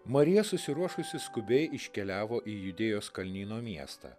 marija susiruošusi skubiai iškeliavo į judėjos kalnyno miestą